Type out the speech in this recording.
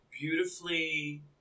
beautifully